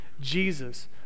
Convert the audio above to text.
Jesus